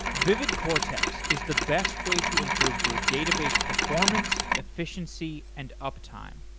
vividcortex is the best way to improve your database performance, efficiency and uptime.